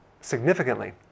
significantly